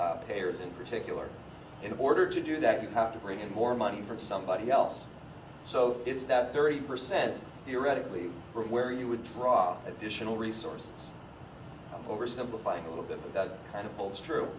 payers in particular in order to do that you have to bring in more money for somebody else so it's that thirty percent theoretically from where you would draw additional resources over simplifying a little bit that kind of holds true